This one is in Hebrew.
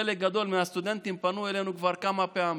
חלק גדול מהסטודנטים פנו אלינו כבר כמה פעמים.